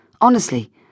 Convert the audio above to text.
Honestly